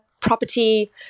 property